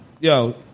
Yo